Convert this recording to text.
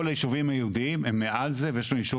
כל הישובים היהודים הם מעל זה ויש לנו ישוב